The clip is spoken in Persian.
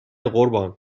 قربان